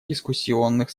дискуссионных